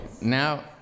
now